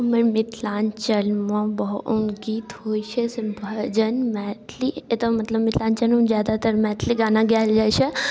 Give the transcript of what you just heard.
हमर मिथिलाञ्चलमे गीत होइ छै से भजन मैथिली एतऽ मतलब मिथिलाञ्चलोमे ज्यादातर मैथिली गाना गाएल जाइ छै